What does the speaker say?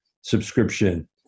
subscription